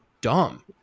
dumb